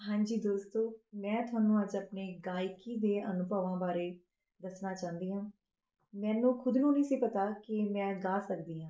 ਹਾਂਜੀ ਦੋਸਤੋ ਮੈਂ ਤੁਹਾਨੂੰ ਅੱਜ ਆਪਣੀ ਗਾਇਕੀ ਦੇ ਅਨੁਭਵਾਂ ਬਾਰੇ ਦੱਸਣਾ ਚਾਹੁੰਦੀ ਹਾਂ ਮੈਨੂੰ ਖੁਦ ਨੂੰ ਨਹੀਂ ਸੀ ਪਤਾ ਕਿ ਮੈਂ ਗਾ ਸਕਦੀ ਹਾਂ